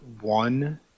one